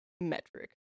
metric